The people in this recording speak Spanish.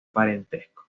parentesco